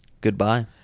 Goodbye